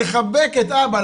לחבק את אבא,